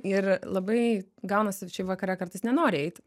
ir labai gaunasi šiaip vakare kartais nenori eit